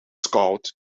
scout